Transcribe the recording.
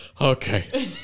Okay